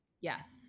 Yes